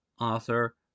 author